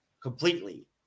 completely